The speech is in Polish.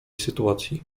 sytuacji